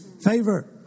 Favor